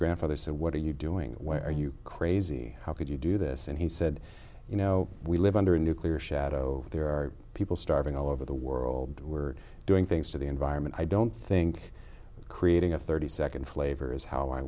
grandfather said what are you doing where are you crazy how could you do this and he said you know we live under a nuclear shadow there are people starving all over the world who are doing things to the environment i don't think creating a thirty second flavor is how i